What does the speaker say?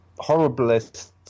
horriblest